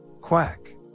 Quack